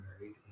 married